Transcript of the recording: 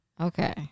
Okay